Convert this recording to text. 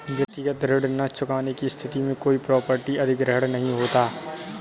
व्यक्तिगत ऋण न चुकाने की स्थिति में कोई प्रॉपर्टी अधिग्रहण नहीं होता